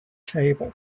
table